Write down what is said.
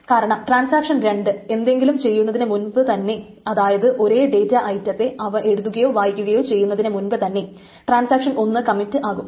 കാരണം ട്രാൻസാക്ഷൻ 2 എന്തെങ്കിലും ചെയ്യുന്നതിനു മുമ്പ് തന്നെ അതായത് ഒരേ ഡേറ്റ ഐറ്റത്തെ അവ എഴുതുകയോ വായിക്കുകയോ ചെയ്യുന്നതിനു മുമ്പ് തന്നെ ട്രാൻസാക്ഷൻ 1 കമ്മിറ്റ് ആകും